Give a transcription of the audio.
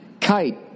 kite